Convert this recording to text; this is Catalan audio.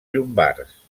llombards